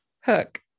hook